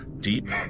Deep